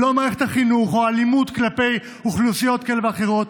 לא מערכת החינוך או האלימות כלפי אוכלוסיות כאלה ואחרות,